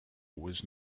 was